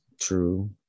true